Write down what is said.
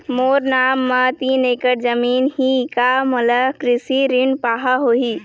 मोर नाम म तीन एकड़ जमीन ही का मोला कृषि ऋण पाहां होही?